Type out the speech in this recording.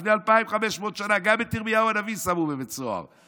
לפני אלפיים וחמש שנה שנה גם את ירמיהו הנביא שמו בבית סוהר.